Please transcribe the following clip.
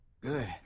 Good